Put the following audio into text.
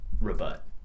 Rebut